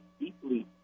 deeply